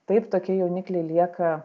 taip tokie jaunikliai lieka